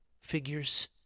figures